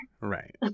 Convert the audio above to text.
Right